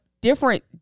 different